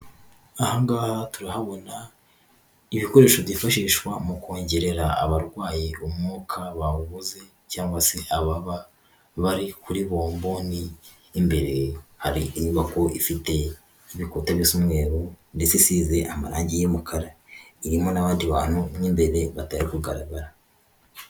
Aha ngaha turahabona ibikoresho byifashishwa mu kongerera abarwayi umwuka bawubuze cyangwa se ababa bari kuri bomboni, imbere hari inyubako ifite ibikuta bisa umweru ndetse isize amarangi y'umukara, irimo n'abandi bantu mu imbere batari kugaragara.